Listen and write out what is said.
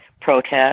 protest